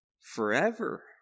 Forever